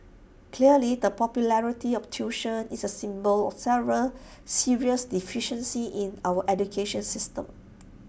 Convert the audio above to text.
clearly the popularity of tuition is A symptom of several serious deficiencies in our education system